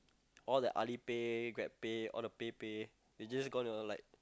all the Alipay GrabPay all the pay pay they just gonna like